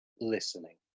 listening